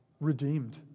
redeemed